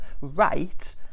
right